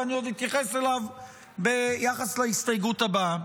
ואני עוד אתייחס אליו ביחס להסתייגות הבאה.